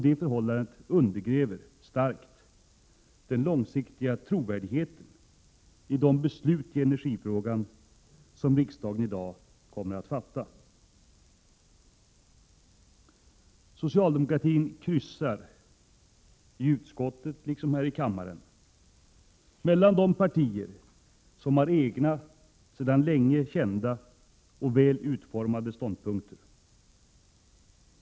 Det förhållandet undergräver starkt den långsiktiga trovärdigheten i de beslut i energifrågan som riksdagen i dag kommer att fatta. Socialdemokratin har i utskottet liksom här i kammaren kryssat mellan de partier som har egna, sedan länge kända och väl utformade ståndpunkter.